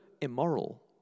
immoral